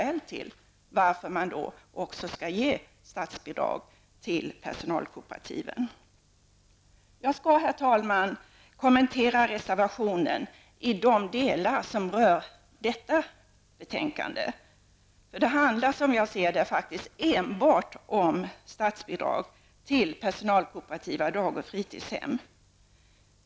Då tycker jag att det finns skäl att ge statsbidrag till personalkooperativen. Jag skall, herr talman, kommentera reservationen i de delar som rör detta betänkande. Det handlar, som jag ser det, enbart om statsbidrag till personalkooperativa dag och fritidshem.